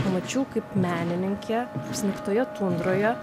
pamačiau kaip menininkė apsnigtoje tundroje